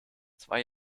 zwei